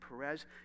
Perez